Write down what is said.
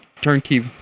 turnkey